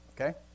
Okay